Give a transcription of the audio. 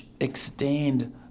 extend